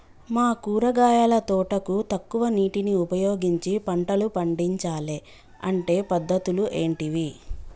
మా కూరగాయల తోటకు తక్కువ నీటిని ఉపయోగించి పంటలు పండించాలే అంటే పద్ధతులు ఏంటివి?